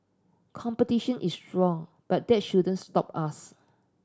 competition is strong but that shouldn't stop us